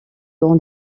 dans